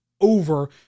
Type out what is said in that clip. over